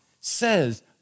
says